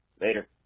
Later